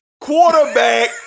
quarterback